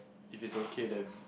if it's okay then